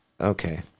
okay